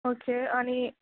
okay आनी